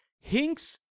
Hinks